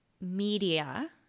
media